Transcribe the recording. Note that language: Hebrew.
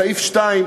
בסעיף 2,